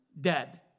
dead